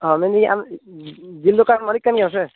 ᱦᱚᱸ ᱢᱮᱱᱫᱟᱹᱧ ᱟᱢ ᱡᱤᱞ ᱫᱚᱠᱟᱱ ᱨᱮᱱ ᱢᱟᱹᱞᱤᱠ ᱠᱟᱱ ᱜᱮᱭᱟᱢ ᱥᱮ